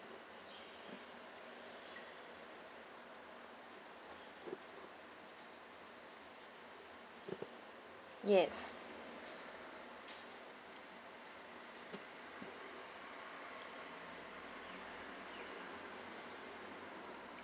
yes